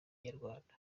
inyarwanda